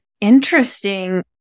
interesting